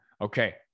Okay